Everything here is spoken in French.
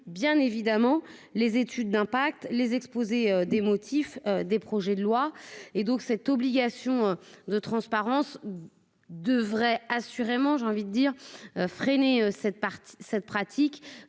bien évidemment, les études d'impact les exposés des motifs des projets de loi et donc cette obligation. De transparence devrait assurément, j'ai envie de dire freiner cette partie